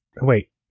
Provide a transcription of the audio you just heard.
wait